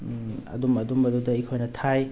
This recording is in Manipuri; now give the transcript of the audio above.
ꯑꯗꯨꯝ ꯑꯗꯨꯝꯕꯗꯨꯗ ꯑꯩꯈꯣꯏꯅ ꯊꯥꯏ